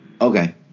Okay